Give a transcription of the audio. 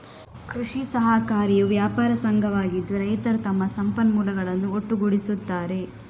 ಕೃಷಿ ಸಹಕಾರಿಯು ವ್ಯಾಪಾರ ಸಂಘವಾಗಿದ್ದು, ರೈತರು ತಮ್ಮ ಸಂಪನ್ಮೂಲಗಳನ್ನು ಒಟ್ಟುಗೂಡಿಸುತ್ತಾರೆ